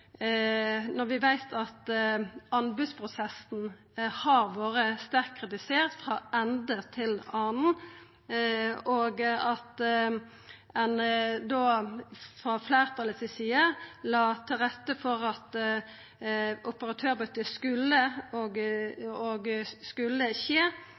veit at anbodsprosessen har vore sterkt kritisert frå ende til annan, og at ein frå fleirtalet si side la til rette for at operatørbyttet skulle skje med dei tilsette sine løns- og